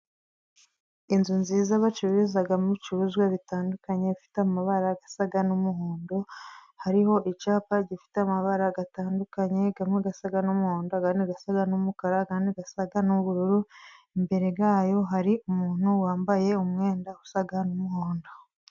Inzu nziza bacururizamo ibicuruzwa bitandukanye, ifite amabara asa n'umuhondo, hariho icyapa gifite amabara atandukanye amwe asa n'umuhondo, andi asa n'umukara ayandi asa n'ubururu, imbere yayo hari umuntu wambaye umwenda usa n'umuhondo.